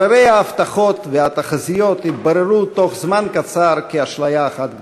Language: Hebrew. הררי ההבטחות והתחזיות התבררו תוך זמן קצר כאשליה אחת גדולה: